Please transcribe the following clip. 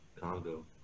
Congo